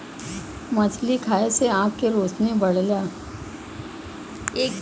मछरी खाये से आँख के रोशनी बढ़ला